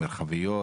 המרחביות,